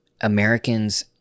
americans